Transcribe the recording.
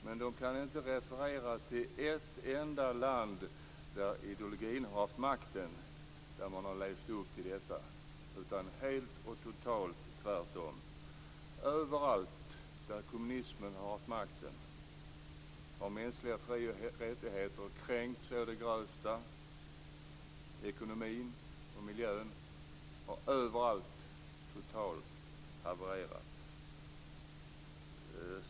Men de kan inte referera till ett enda land där den ideologin har haft makten som har levt upp till detta - det är helt och totalt tvärtom. Överallt där kommunismen har haft makten har mänskliga frioch rättigheter kränkts å det grövsta, och ekonomin och miljön har överallt totalt havererat.